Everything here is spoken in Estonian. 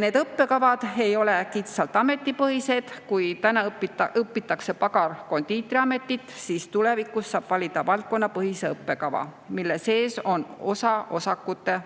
Need õppekavad ei ole kitsalt ametipõhised. Kui täna õpitakse näiteks pagari-kondiitri ametit, siis tulevikus saab valida valdkonnapõhise õppekava, mille sees on osaoskuste